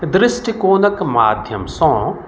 दृष्टिकोणक माध्यमसँ